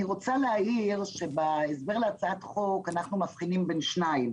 אני רוצה להעיר שבהסבר להצעת החוק אנחנו מבחינים בין שניים: